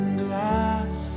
glass